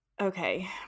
Okay